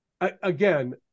again